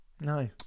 No